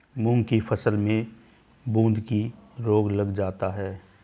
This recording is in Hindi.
मूंग की फसल में बूंदकी रोग लग जाता है